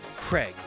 Craig